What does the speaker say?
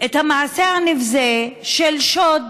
את המעשה הנבזה של שוד